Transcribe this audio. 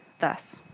thus